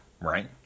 right